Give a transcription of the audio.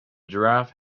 giraffe